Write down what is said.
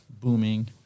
booming